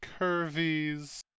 curvies